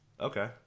Okay